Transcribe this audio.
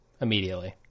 immediately